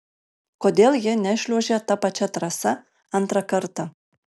kodėl jie nešliuožė ta pačia trasa antrą kartą